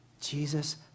Jesus